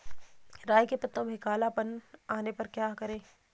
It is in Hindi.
राई के पत्तों में काला पन आने पर क्या करें?